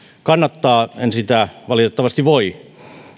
kannattaa en sitä valitettavasti voi